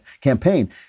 campaign